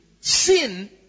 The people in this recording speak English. sin